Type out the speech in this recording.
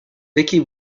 vicky